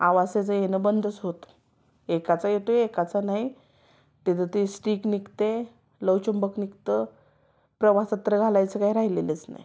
आवाज त्याचा येणं बंदच होतं एकाचा येतो एकाचा नाही त्याचं ते स्टिक निघते लवचुंबक निघतं प्रवासात तर घालायचं काही राहिलेलंच नाही